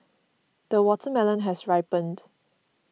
the watermelon has ripened